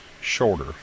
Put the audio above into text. shorter